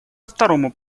второму